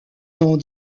dans